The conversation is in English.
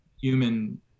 human